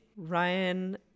ryan